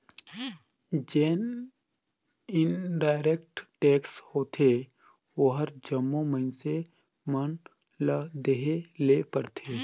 जेन indirect tax होथे ओहर जम्मो मइनसे मन ल देहे ले परथे